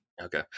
Okay